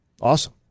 Awesome